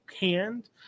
hand